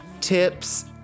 tips